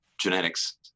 genetics